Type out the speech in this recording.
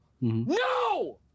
No